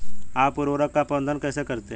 आप उर्वरक का प्रबंधन कैसे करते हैं?